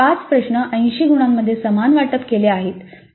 तर 5 प्रश्न 80 गुणांमध्ये समान वाटले गेले आहेत